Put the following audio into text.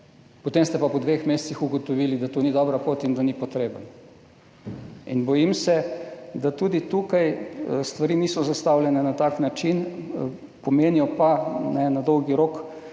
potem ste pa po dveh mesecih ugotovili, da to ni dobra pot in da ni potreben. Bojim se, da tudi tukaj stvari niso zastavljene na tak način, pomenijo pa na dolgi rok